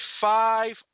five